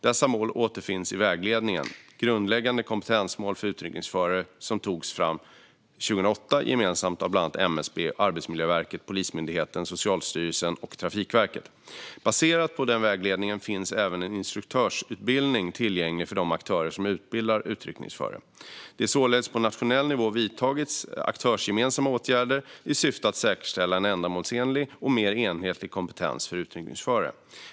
Dessa mål återfinns i vägledningen Grundläggande kompetensmål för utryckningsförare , som togs fram 2008 av bland andra MSB, Arbetsmiljöverket, Polismyndigheten, Socialstyrelsen och Trafikverket gemensamt. Baserat på denna vägledning finns även en instruktörsutbildning tillgänglig för de aktörer som utbildar utryckningsförare. Det har således på nationell nivå vidtagits aktörsgemensamma åtgärder i syfte att säkerställa en ändamålsenlig och mer enhetlig kompetens för utryckningsförare.